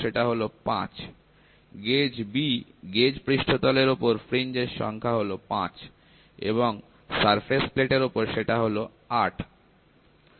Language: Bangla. গেজ B গেজ পৃষ্ঠতলের উপর ফ্রিঞ্জ এর সংখ্যা হল 5 এবং সারফেস প্লেট এর ওপর সেটা 8